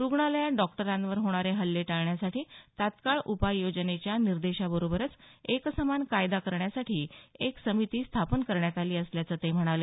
रुग्णालयात डॉक्टरांवर होणारे हल्ले टाळण्यासाठी तात्काळ उपाययोजनेच्या निर्देशाबरोबरच एकसमान कायदा करण्यासाठी एक समिती स्थापन करण्यात आली असल्याचं ते म्हणाले